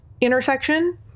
intersection